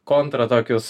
kontra tokius